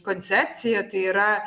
koncepciją tai yr